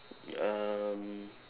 um